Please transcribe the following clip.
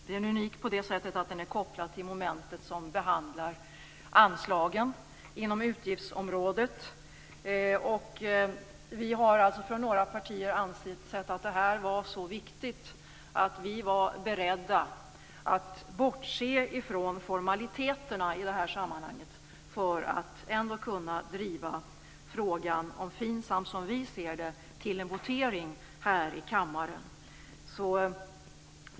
Den är unik på det sättet att den kopplad till momentet som gäller anslagen inom utgiftsområdet. Vi har från några partier ansett att det här är så viktigt att vi var beredda att bortse från formaliteterna i det här sammanhanget för att kunna driva frågan om FINSAM till en votering här i kammaren.